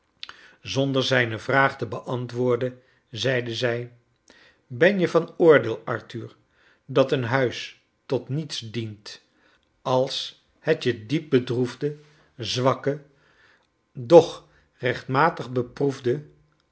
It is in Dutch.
zonder zijne vraag te beantwoorden zeide zij ben je van oordeel arthur dat een huis tot niets dient als het je diep bedroefde zwakke doch recti tma tig beproefde